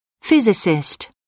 Physicist